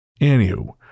Anywho